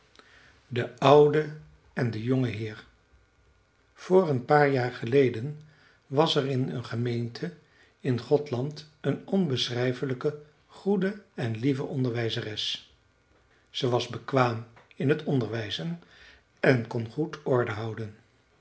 de oude en de jonge heer voor een paar jaar geleden was er in een gemeente in gothland een onbeschrijfelijke goede en lieve onderwijzeres ze was bekwaam in het onderwijzen en kon goed orde houden